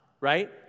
right